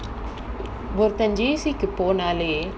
ஒருத்தன்:oruthan J_C கு போனாலே:ku ponaalae